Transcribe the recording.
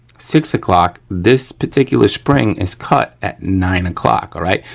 six o'clock, this particular spring is cut at nine o'clock, right.